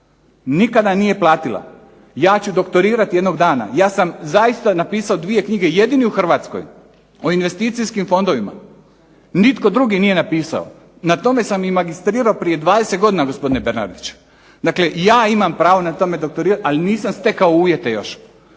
nikada nije platila. Ja ću doktorirati jednog dana, ja sam zaista napisao dvije knjige, jedini u Hrvatskoj o investicijskim fondovima, nitko drugi nije napisao. Na tome sam magistrirao prije 20 godina gospodine Bernardić. Dakle, ja imam pravo na tome doktorirati, ali nisam stekao uvjete još.